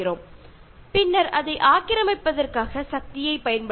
അതിനുശേഷമാണ് അത് ഉപയോഗിക്കാനുള്ള അധികാരം നേടുന്നത്